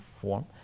form